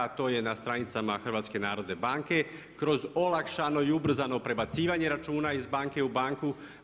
To je na stranicama Hrvatske narodne banke kroz olakšano i ubrzano prebacivanje računa iz banke u banku.